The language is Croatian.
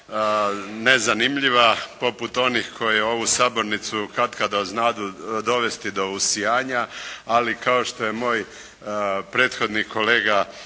nezanimljiva poput onih koji ovu sabornicu katkada znadu dovesti do usijanja, ali kao što je moj prethodni kolega